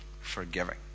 forgiving